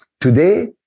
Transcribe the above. Today